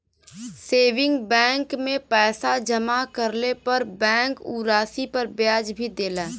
saving bank में पैसा जमा करले पर बैंक उ राशि पर ब्याज भी देला